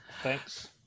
thanks